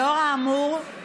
לאור האמור,